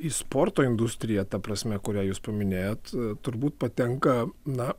į sporto industriją ta prasme kurią jūs paminėjot turbūt patenka na